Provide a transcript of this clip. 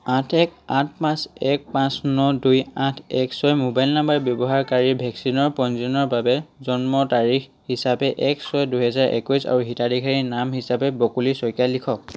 আঠ এক আঠ পাঁচ এক পাঁচ ন দুই আঠ এক ছয় মোবাইল নাম্বাৰ ব্যৱহাৰকাৰীৰ ভেকচিনৰ পঞ্জীয়নৰ বাবে জন্ম তাৰিখ হিচাপে এক ছয় দুহেজাৰ একৈছ আৰু হিতাধিকাৰীৰ নাম হিচাপে বকুলি শইকীয়া লিখক